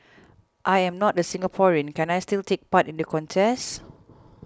I am not a Singaporean can I still take part in the contest